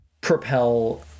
propel